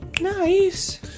Nice